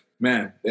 man